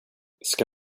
ska